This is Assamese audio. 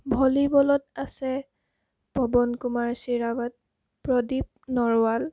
ভলীবলত আছে পৱন কুমাৰ চিৰাবাদ প্ৰদীপ নৰৱাল